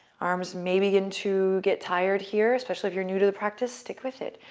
arms may begin to get tired here, especially if you're new to the practice. stick with it.